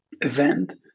event